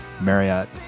Marriott